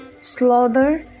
slaughter